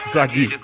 Zaggy